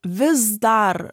vis dar